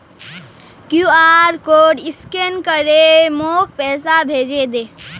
QR code scan करे मोक पैसा भेजे दे